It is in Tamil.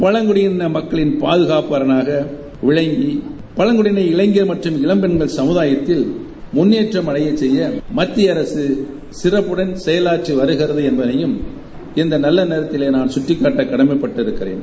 பழங்குடியின மக்களின் பாதுகாப்பு அரணாக விளங்கி பழங்குடியின இளைஞர்கள் மற்றும் இளம்பெண்கள் கழுதாயத்தில் முன்னேற்றம் அடையச் செய்ய மத்திய அரக சிறப்புடன் செயலாற்றி வருகிறது என்றம் இந்த நல்ல நோத்திலேயே நான் கட்டிக்காட்ட கடமைப்பட்டிருக்கிறேன்